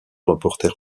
reporter